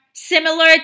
Similar